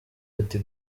ati